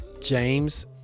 James